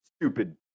stupid